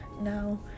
Now